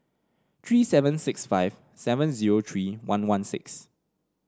three seven six five seven zero three one one six